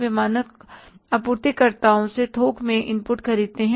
वे मानक आपूर्तिकर्ताओं से थोक में इनपुट खरीदते हैं